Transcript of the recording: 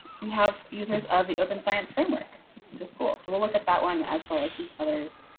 we have users of the open science framework just cool so we'll look at that one as well as these others.